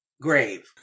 grave